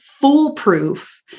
foolproof